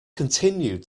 continued